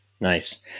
nice